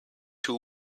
two